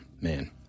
Man